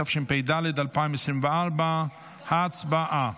התשפ"ד 2024. הצבעה.